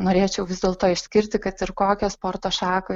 norėčiau vis dėlto išskirti kad ir kokią sporto šaką